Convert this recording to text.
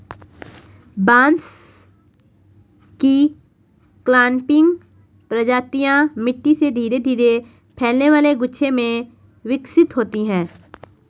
बांस की क्लंपिंग प्रजातियां मिट्टी से धीरे धीरे फैलने वाले गुच्छे में विकसित होती हैं